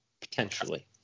potentially